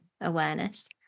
awareness